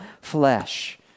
flesh